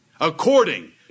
according